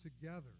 together